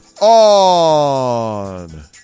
on